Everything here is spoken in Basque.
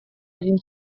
egin